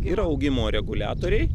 yra augimo reguliatoriai